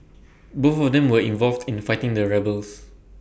both of them were involved in fighting their rebels